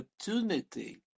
opportunity